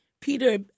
Peter